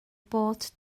bod